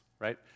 right